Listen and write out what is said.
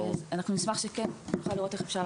אנחנו נשמח שזה יוכנס.